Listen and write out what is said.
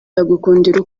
agukundira